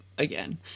again